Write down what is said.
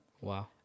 Wow